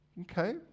Okay